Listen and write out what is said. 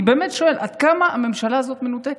אני באמת שואל, עד כמה הממשלה הזאת מנותקת?